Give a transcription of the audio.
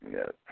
Yes